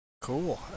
cool